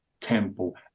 temple